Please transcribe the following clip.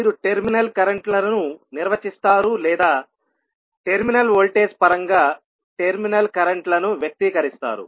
మీరు terminal current లను నిర్వచిస్తారు లేదా టెర్మినల్ వోల్టేజ్ పరంగా టెర్మినల్ కరెంట్ లను వ్యక్తీకరిస్తారు